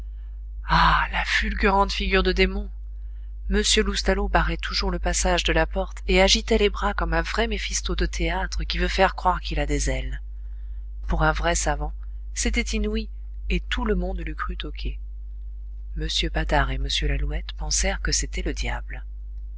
ah la fulgurante figure de démon m loustalot barrait toujours le passage de la porte et agitait les bras comme un vrai méphisto de théâtre qui veut faire croire qu'il a des ailes pour un vrai savant c'était inouï et tout le monde l'eût cru toqué m patard et m lalouette pensèrent que c'était le diable